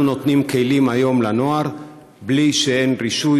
אנחנו נותנים היום כלים לנוער בלי רישוי,